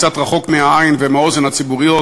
קצת רחוק מהעין והאוזן הציבוריות,